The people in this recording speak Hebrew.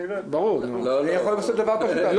אפשר להגיד: